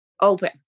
Open